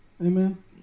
amen